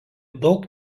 daug